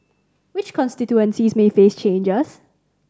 which constituencies may face changes